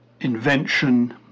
invention